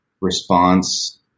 response